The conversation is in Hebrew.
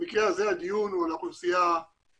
במקרה הזה הדיון הוא על האוכלוסייה הערבית,